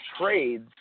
trades